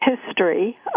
history